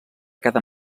cada